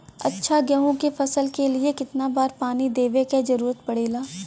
अच्छा गेहूँ क फसल के लिए कितना बार पानी देवे क जरूरत पड़ेला?